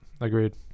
Agreed